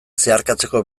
zeharkatzeko